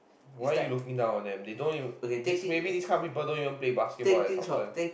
why you looking down on them they don't even this maybe this kind of people don't even play basketball as often